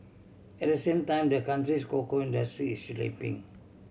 at the same time the country's cocoa industry is slipping